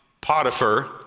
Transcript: Potiphar